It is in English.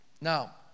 Now